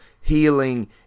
healing